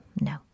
no